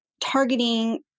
targeting